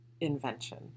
invention